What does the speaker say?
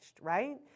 right